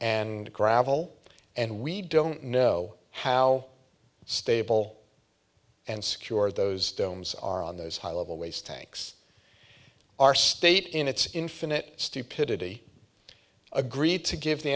and gravel and we don't know how stable and secure those domes are on those high level waste tanks our state in its infinite stupidity agreed to give the